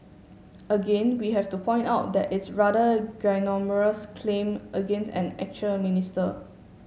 again we have to point out that it's rather ginormous claim against an actual minister